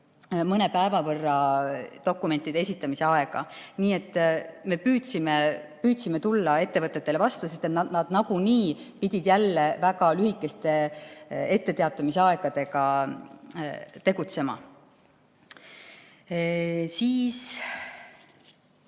mõne päeva võrra dokumentide esitamise aega. Nii et me püüdsime ettevõtetele vastu tulla, sest nad nagunii pidid jälle väga lühikese etteteatamise ajaga tegutsema. Kus